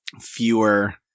fewer